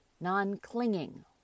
non-clinging